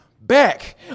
back